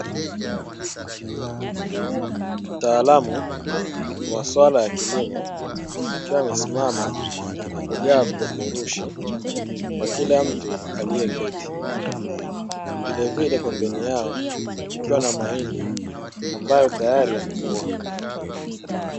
Mtaalamu wa masuala ya kilimo akiwa amesimama na kugawa vipeperushi kwa kila mtu aliyeketi, vilevile pambeni yao kukiwa na mahindi ambayo tayari yamekuwa.